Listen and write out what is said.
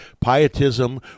Pietism